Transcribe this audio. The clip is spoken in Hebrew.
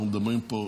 אנחנו מדברים פה,